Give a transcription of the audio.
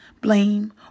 blame